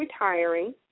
retiring